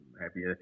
happy